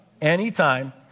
anytime